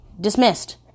Dismissed